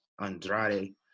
Andrade